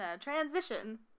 Transition